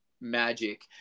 magic